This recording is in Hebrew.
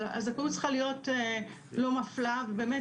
אבל הזכאות צריכה להיות לא מפלה ובאמת